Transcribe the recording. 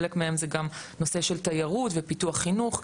חלק מהן זה גם נושא של תיירות ופיתוח חינוך,